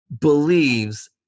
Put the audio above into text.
believes